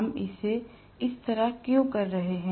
हम इसे इस तरह क्यों कर रहे हैं